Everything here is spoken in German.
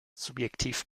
subjektiv